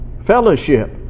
fellowship